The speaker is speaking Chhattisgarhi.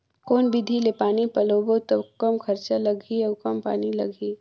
कौन विधि ले पानी पलोबो त कम खरचा लगही अउ कम पानी लगही?